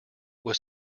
was